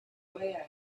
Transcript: lead